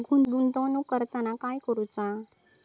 गुंतवणूक करताना काय करुचा?